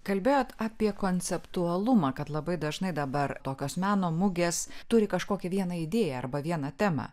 kalbėjot apie konceptualumą kad labai dažnai dabar tokios meno mugės turi kažkokią vieną idėją arba vieną temą